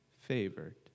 favored